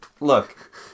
look